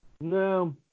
No